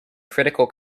critical